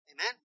Amen